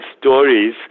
stories